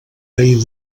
rei